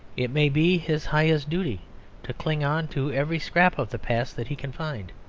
it may be his highest duty to cling on to every scrap of the past that he can find,